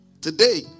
today